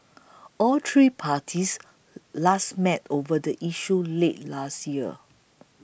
all three parties last met over the issue late last year